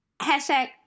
hashtag